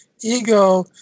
ego